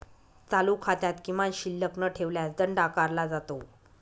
चालू खात्यात किमान शिल्लक न ठेवल्यास दंड आकारला जातो